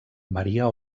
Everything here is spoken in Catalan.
maria